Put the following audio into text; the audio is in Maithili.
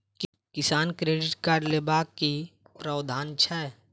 किसान क्रेडिट कार्ड लेबाक की प्रावधान छै?